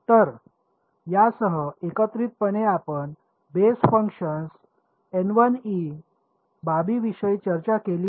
तर यासह एकत्रितपणे आपण बेस फंक्शन्स बाबींविषयी चर्चा केली आहे